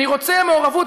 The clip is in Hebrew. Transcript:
אני רוצה מעורבות,